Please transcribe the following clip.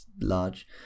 large